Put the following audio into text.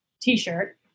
t-shirt